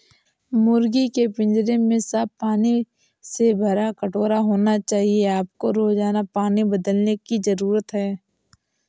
मुर्गी के पिंजरे में साफ पानी से भरा कटोरा होना चाहिए आपको रोजाना पानी बदलने की जरूरत है